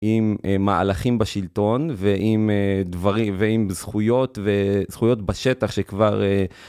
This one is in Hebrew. עם מהלכים בשלטון ועם דברים , זכויות בשטח שכבר